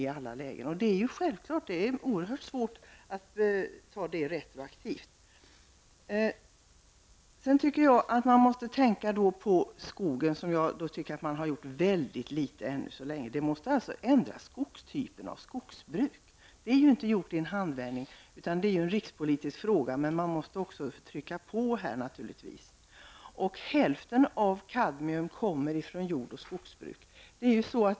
Det är naturligtvis oerhört svårt att göra något sådant retroaktivt. Jag tycker att man måste tänka på skogen, vilket man hittills har gjort i mycket liten utsträckning. Man måste alltså ändra typen av skogsbruk, och det är ju inte gjort i en handvändning, eftersom det är en rikspolitisk fråga. Men man måste naturligtvis även trycka på i detta sammanhang. Hälften av kadmiumet kommer från jord och skogsbruket.